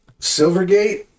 Silvergate